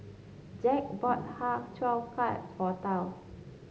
Jack bought Har Cheong Gai for Tal